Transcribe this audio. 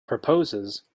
proposes